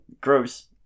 Gross